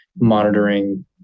monitoring